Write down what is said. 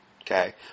okay